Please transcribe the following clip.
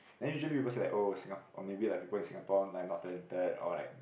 then usually it was like oh Singa~ maybe like people in Singapore might not talented or like